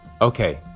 okay